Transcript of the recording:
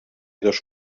dos